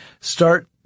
start